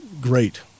great